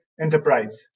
enterprise